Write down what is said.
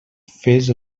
fes